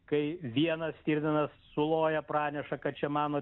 kai vienas stirninas suloja praneša kad čia mano